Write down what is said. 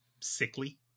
sickly